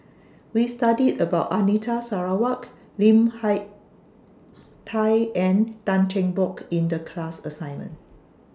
We studied about Anita Sarawak Lim Hak Tai and Tan Cheng Bock in The class assignment